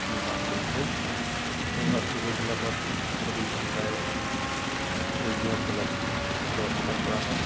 নিৰ্মাণ কৰিছে এই হস্পিটেলবিলাকত চৌব্বিছ ঘণ্টাই ৰোগীসকলক চোৱা চিতা কৰা হয়